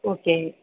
okay